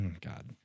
God